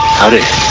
howdy